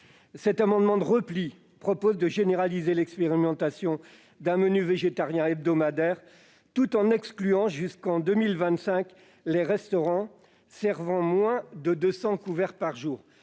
Cet amendement de repli vise à généraliser l'expérimentation d'un menu végétarien hebdomadaire tout en excluant, jusqu'en 2025, les restaurants servant moins de 200 couverts par jour.